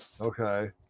okay